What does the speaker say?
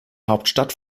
hauptstadt